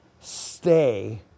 stay